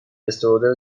استرودل